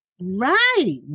Right